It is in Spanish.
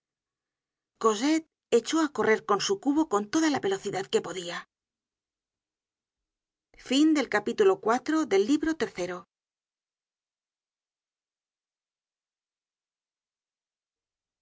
cosette echó á correr con su cubo con toda la velocidad que podia